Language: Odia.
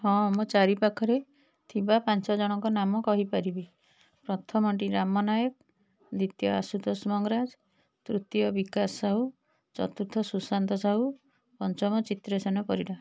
ହଁ ମୋ ଚାରିପାଖରେ ଥିବା ପାଞ୍ଚଜଣଙ୍କ ନାମ କହିପାରିବି ପ୍ରଥମଟି ରାମ ନାଏକ ଦ୍ୱିତୀୟ ଆଶୁତୋଷ ମଙ୍ଗରାଜ ତୃତୀୟ ବିକାଶ ସାହୁ ଚତୁର୍ଥ ସୁଶାନ୍ତ ସାହୁ ପଞ୍ଚମ ଚିତ୍ରସେନ ପରିଡ଼ା